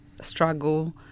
struggle